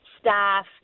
staff